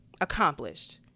accomplished